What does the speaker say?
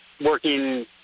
working